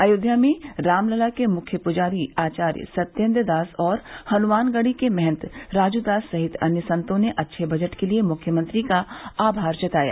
अयोध्या में रामलला के मुख्य प्जारी आचार्य सत्येन्द्रदास और हनुमानगढ़ी के महंत राजूदास सहित अन्य संतों ने अच्छे बजट के लिये मुख्यमंत्री का आभार जताया